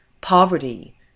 poverty